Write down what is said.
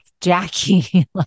Jackie